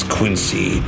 Quincy